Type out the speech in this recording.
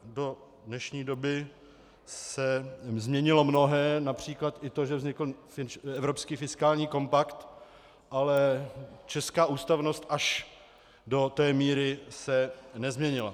Do dnešní doby se změnilo mnohé, například i to, že vznikl evropský fiskální kompakt, ale česká ústavnost až do té míry se nezměnila.